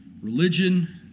religion